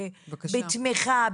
בתמיכה,